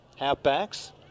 halfbacks